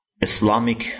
Islamic